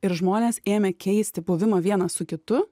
ir žmonės ėmė keisti buvimą vienas su kitu